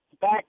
back